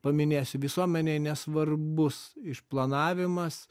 paminėsiu visuomenei nesvarbus išplanavimas